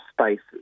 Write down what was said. spaces